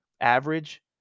average